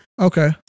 Okay